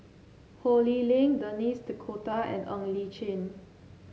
Ho Lee Ling Denis D Cotta and Ng Li Chin